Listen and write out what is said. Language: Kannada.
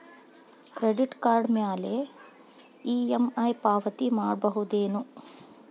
ಕ್ರೆಡಿಟ್ ಕಾರ್ಡ್ ಮ್ಯಾಲೆ ಇ.ಎಂ.ಐ ಪಾವತಿ ಮಾಡ್ಬಹುದೇನು?